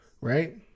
right